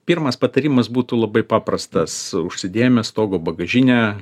pirmas patarimas būtų labai paprastas užsidėjome stogo bagažinę